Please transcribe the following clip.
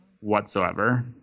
whatsoever